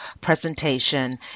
presentation